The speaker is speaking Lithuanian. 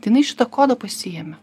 jinai šitą kodą pasiėmė